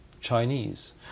Chinese